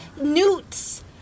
newts